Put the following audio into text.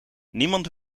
niemand